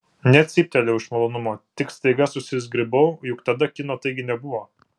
net cyptelėjau iš malonumo tik staiga susizgribau juk tada kino taigi nebuvo